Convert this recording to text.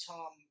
Tom